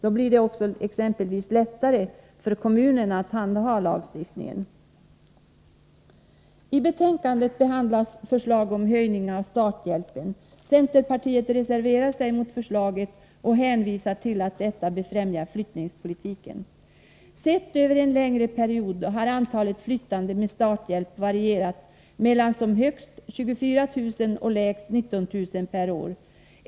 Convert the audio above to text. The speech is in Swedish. Då blir det lättare, för kommunerna exempelvis, att handha lagstiftningen. I betänkandet behandlas förslag om höjning av starthjälpen. Centerpartiet reserverar sig mot förslaget och hänvisar till att detta befrämjar flyttningspolitiken. Sett över en längre period har antalet flyttande med starthjälp varierat mellan högst ca 24 000 och lägst 19 000 per år.